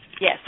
Yes